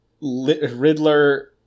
Riddler